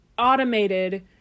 Automated